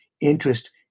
interest